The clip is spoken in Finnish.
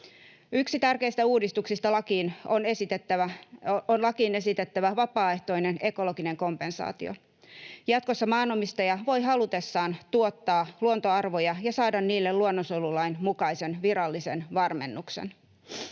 Yksi tärkeistä uudistuksista on lakiin esitettävä vapaaehtoinen ekologinen kompensaatio. Jatkossa maanomistaja voi halutessaan tuottaa luontoarvoja ja saada niille luonnonsuojelulain mukaisen virallisen varmennuksen.